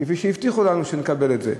כפי שהבטיחו לנו שנקבל את זה.